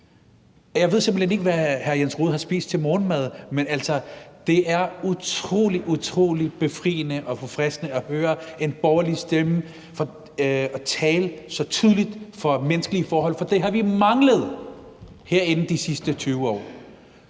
Jeg ved simpelt hen ikke, hvad hr. Jens Rohde har spist til morgenmad, men altså, det er utrolig, utrolig befriende og forfriskende at høre en borgerlig stemme tale så tydeligt for menneskelige forhold, for det har vi manglet herinde de sidste 20 år.